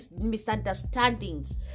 misunderstandings